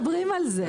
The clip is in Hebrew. בבקשה?